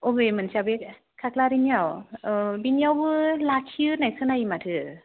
अबे मोनसेया बे खाख्लारिनियाव अ बिनियावबो लाखियो होननाय खोनायो माथो